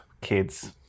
kids